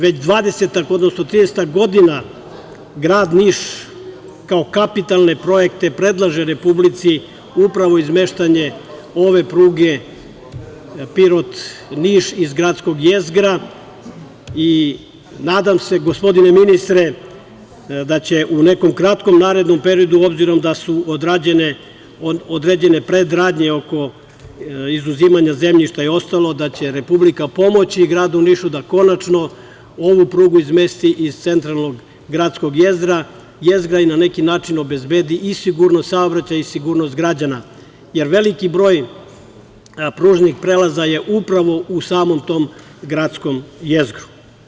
Već 20-ak, odnosno 30-ak godina, grad Niš, kao kapitalne projekte predlaže Republici upravo izmeštanje ove pruge Pirot-Niš iz gradskog jezgra i nadam se, gospodine ministre, da će u nekom periodu, s obzirom da su odrađene predradnje oko izuzimanja zemljišta i ostalo, Republika pomoći gradu Nišu da konačno ovu prugu izmesti iz centralnog gradskog jezgra i na neki način obezbedi i sigurnost saobraćaja i sigurnost građana, jer veliki broj pružnih prelaza je upravo u samom tom gradskom jezgru.